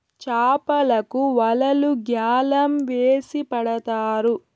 చాపలకి వలలు గ్యాలం వేసి పడతారు